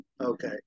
Okay